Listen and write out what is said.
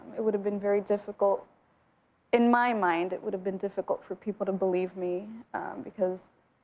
it would have been very difficult in my mind, it would have been difficult for people to believe me because.